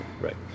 Right